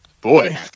boy